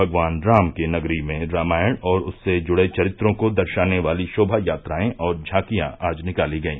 भगवान राम की नगरी में रामायण और उससे जुड़े चरित्रों को दर्शाने वाली शोमा यात्राएं और झार्कियां आज निकाली गई